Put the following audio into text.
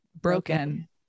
Broken